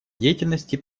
деятельности